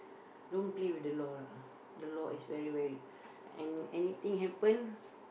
don't play with the law lah the law is very very any~ anything happen